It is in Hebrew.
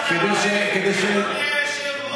אדוני היושב-ראש,